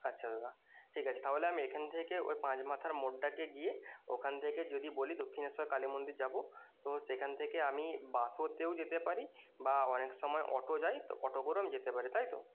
আচ্ছা দাদা ঠিক আছে তাহলে আমি এখান থেকে ওই পাঁচ মাথার মোড়টাকে গিয়ে ওখান থেকে যদি বলি দক্ষিণেশ্বর কালী মন্দির যাবো তো সেখান থেকে আমি বাসোতেও যেতে পারি বা অনেক সময় অটো যায় তো অটো করেও আমি যেতে পারি তাই তো